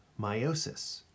meiosis